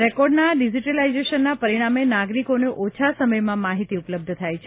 રેકોર્ડના ડીજીટલાઇઝેશનના પરિણામે નાગરિકોને ઓછા સમયમાં માહિતી ઉપલબ્ધ થાય છે